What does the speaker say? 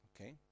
Okay